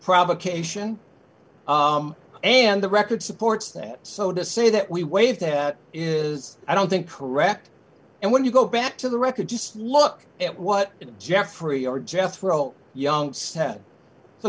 provocation and the record supports that so to say that we waived is i don't think correct and when you go back to the record just look at what jeffrey or jethro young said so